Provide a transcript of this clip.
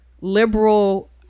liberal